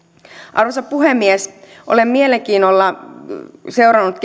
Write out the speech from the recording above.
arvoisa puhemies olen mielenkiinnolla seurannut